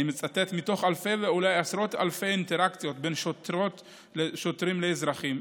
אני מצטט: מתוך אלפי ואולי עשרות אלפי אינטראקציות בין שוטרים לאזרחים,